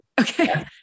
Okay